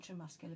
intramuscular